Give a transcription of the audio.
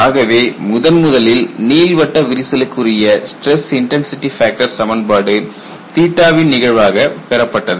ஆகவே முதன் முதலில் நீள்வட்ட விரிசலுக்கு உரிய ஸ்டிரஸ் இன்டன்சிடி ஃபேக்டர் சமன்பாடு வின் நிகழ்வாக பெறப்பட்டது